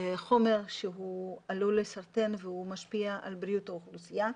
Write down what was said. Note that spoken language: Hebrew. כחומר שהוא עלול לסרטן והוא משפיע על בריאות האוכלוסייה.